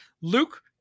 luke